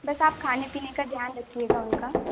बस आप खाने पीने का ध्यान रखिएगा उनका